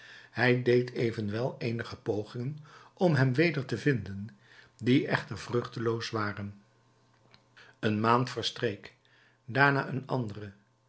hij deed evenwel eenige pogingen om hem weder te vinden die echter vruchteloos waren een maand verstreek daarna een andere